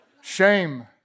shame